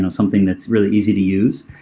something that's really easy to use,